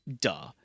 duh